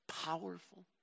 powerful